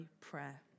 prayer